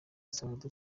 dusanzwe